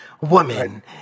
woman